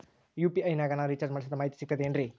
UPI ನಾಗ ನಾ recharge ಮಾಡಿಸಿದ ಮಾಹಿತಿ ಸಿಕ್ತದೆ ಏನ್ರಿ?